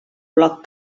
bloc